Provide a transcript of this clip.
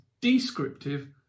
descriptive